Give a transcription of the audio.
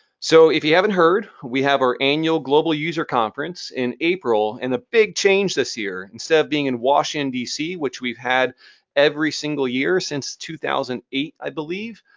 so, if you haven't heard, we have our annual global user conference in april, and a big change this year. instead of being in washington, d c, which we've had every single year since two thousand and eight, i believe,